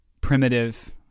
primitive